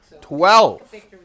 Twelve